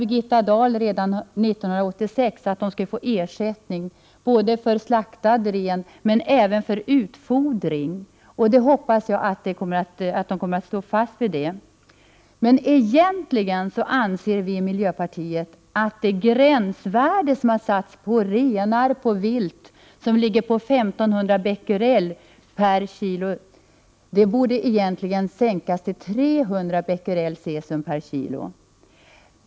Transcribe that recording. Birgitta Dahl lovade redan 1986 att samerna skulle få ersättning både för slaktad ren och även för utfodring. Jag hoppas Birgitta Dahl kommer att stå fast vid sitt löfte. 81 Vi i miljöpartiet anser att det gränsvärde som satts när det gäller renar och vilt, 1 500 bq kg.